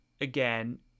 again